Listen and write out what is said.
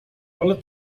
ale